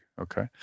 Okay